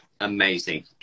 amazing